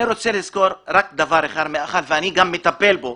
אני רוצה להזכיר דבר אחד מאחר ואני גם מטפל בו.